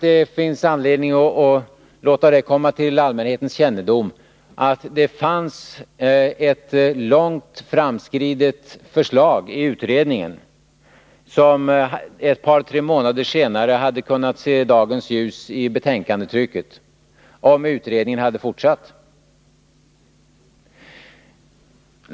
Det finns anledning att låta det komma till allmänhetens kännedom att det i utredningen fanns ett långt framskridet förslag, som ett par tre månader senare hade kunnat se dagens ljus i betänkandetrycket, om utredningen hade fortsatt.